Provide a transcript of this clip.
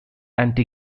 anti